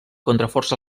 contraforts